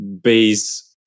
base